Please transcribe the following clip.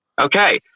Okay